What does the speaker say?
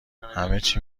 همچی